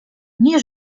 nie